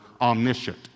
omniscient